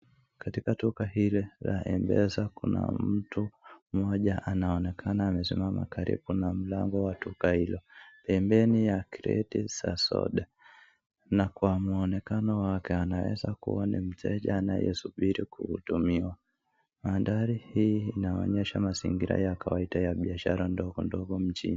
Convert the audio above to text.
Katika duka hili la M-pesa kuna mtu mmoja anaonekana amesimama karibu na mlango wa duka hilo, pembeni ya kreti za soda na kwa muonekano wake anaweza kuwa ni mteja ambaye anasubiri kuhudumiwa. Mandhari hii inaonyesha mazingira ya kawaida ya biashara ndogondogo mjini.